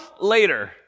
later